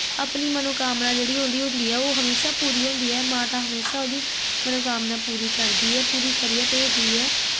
अपनी मनोकामना जेह्ड़ी उं'दी होंदी ऐ ओह हमेशा पूरी होंदी ऐ माता हमेशा उं'दी मनोकामना पूरी करदी ऐ पूरी करियै भेज दी ऐ